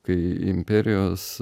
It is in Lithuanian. kai imperijos